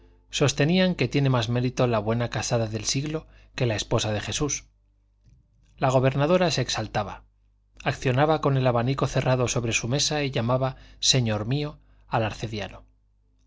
sostenían que tiene más mérito la buena casada del siglo que la esposa de jesús la gobernadora se exaltaba accionaba con el abanico cerrado sobre su cabeza y llamaba señor mío al